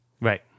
Right